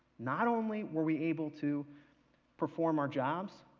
not only were we able to per fom our jobs,